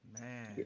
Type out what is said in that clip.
Man